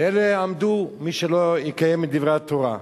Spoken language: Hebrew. ואלה עמדו, מי שלא יקיים את דברי התורה.